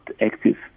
active